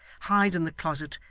hide in the closet,